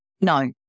No